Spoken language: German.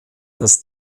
das